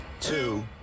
two